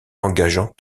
engageant